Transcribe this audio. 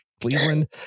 Cleveland